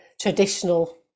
traditional